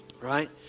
Right